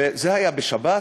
וזה היה בשבת.